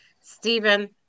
Stephen